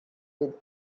with